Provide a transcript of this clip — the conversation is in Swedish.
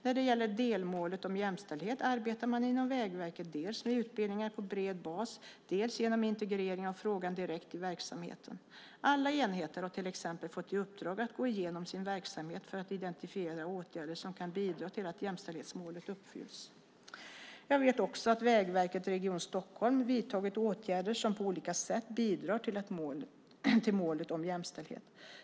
När det gäller delmålet om jämställdhet arbetar man inom Vägverket dels med utbildningar på bred bas, dels genom integrering av frågan direkt i verksamheten. Alla enheter har till exempel fått i uppdrag att gå igenom sin verksamhet för att identifiera åtgärder som kan bidra till att jämställdhetsmålet uppfylls. Jag vet också att Vägverket Region Stockholm vidtagit åtgärder som på olika sätt bidrar till målet om jämställdhet.